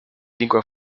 lingua